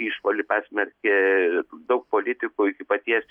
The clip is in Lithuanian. išpuolį pasmerkė daug politikų iki paties